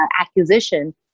acquisition